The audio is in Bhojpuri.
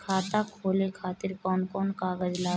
खाता खोले खातिर कौन कौन कागज लागी?